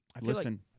Listen